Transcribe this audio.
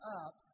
up